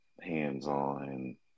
hands-on